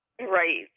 Right